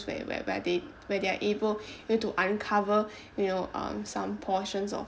where where are they where they are able to uncover you know um some portions of